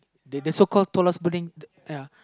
the the so call tallest building ya